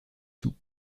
sous